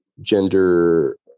gender